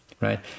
right